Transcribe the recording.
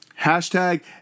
hashtag